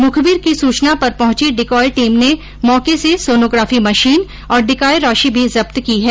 मुखबीर की सूचना पर पहुंची डिकॉय टीम ने मौके से सोनोग्राफी मशीन और डिकॉय राशि भी जब्त की हैं